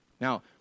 Now